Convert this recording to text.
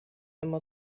immer